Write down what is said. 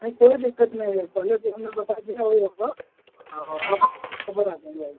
नहीं कोई दिक्कत नही है पहले जो हमें बता दिए हैं वही रहूँगा हाँ और आपको सब बना देंगे आइए